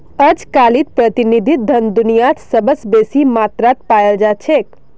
अजकालित प्रतिनिधि धन दुनियात सबस बेसी मात्रात पायाल जा छेक